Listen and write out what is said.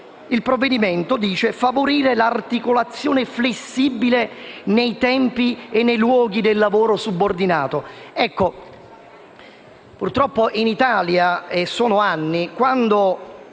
e misure volte a favorire l'articolazione flessibile nei tempi e nei luoghi del lavoro subordinato